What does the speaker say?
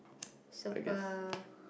super